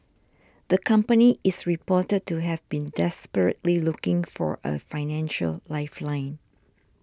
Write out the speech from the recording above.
the company is reported to have been desperately looking for a financial lifeline